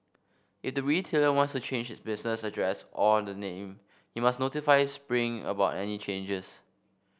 it the retailer wants to change business address or the name he must notify spring about any changes